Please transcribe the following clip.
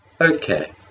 Okay